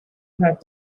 have